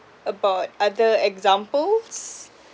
about other examples